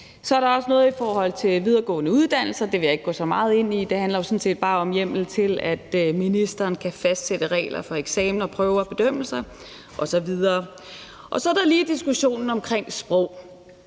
Så er der også noget i forhold til videregående uddannelser, og det vil jeg ikke gå så meget ind i. Det handler jo sådan set bare om hjemmel til, at ministeren kan fastsætte regler for eksamener, prøver, bedømmelser osv. Så er der lige diskussionen omkring sprog,